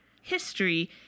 history